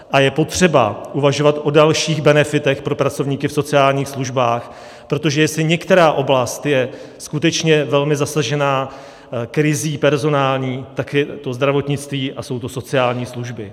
A je potřeba uvažovat o dalších benefitech pro pracovníky v sociálních službách, protože jestli je některá oblast skutečně velmi zasažená personální krizí, tak je to zdravotnictví a jsou to sociální služby.